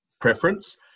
preference